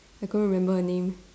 I couldn't remember her name